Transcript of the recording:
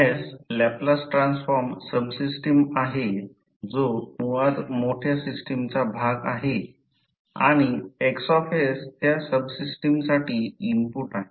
F Laplace transform subsystem आहे जो मुळात मोठ्या सिस्टमचा भाग आहे आणि X त्या सबसिस्टमसाठी इनपुट आहे